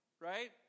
right